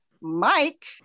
Mike